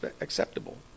acceptable